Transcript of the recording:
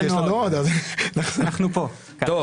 אנחנו כאן.